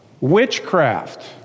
witchcraft